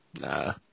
nah